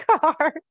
car